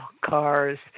cars